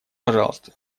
пожалуйста